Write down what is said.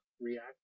React